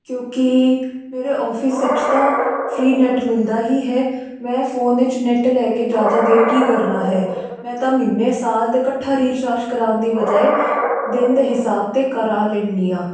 ਕਿਉਂਕਿ ਮੇਰੇ ਓਫਿਸ ਵਿੱਚ ਤਾਂ ਫ੍ਰੀ ਨੈਟ ਮਿਲਦਾ ਹੀ ਹੈ ਮੈਂ ਫੋਨ ਵਿੱਚ ਨੈੱਟ ਲੈ ਕੇ ਜ਼ਿਆਦਾ ਦੇਰ ਕੀ ਕਰਨਾ ਹੈ ਮੈਂ ਤਾਂ ਮਹੀਨੇ ਸਾਲ ਦੇ ਇਕੱਠਾ ਰੀਚਾਰਜ ਕਰਵਾਉਣ ਦੀ ਬਜਾਏ ਦਿਨ ਦੇ ਹਿਸਾਬ 'ਤੇ ਕਰਵਾ ਲੈਂਦੀ ਹਾਂ